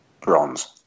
Bronze